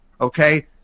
Okay